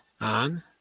On